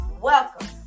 Welcome